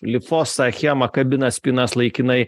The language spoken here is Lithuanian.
lifosa achema kabina spynas laikinai